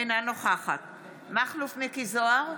אינה נוכחת מכלוף מיקי זוהר,